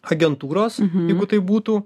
agentūros jeigu taip būtų